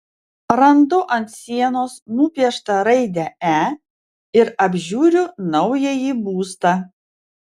randu ant sienos nupieštą raidę e ir apžiūriu naująjį būstą